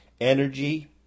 Energy